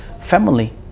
family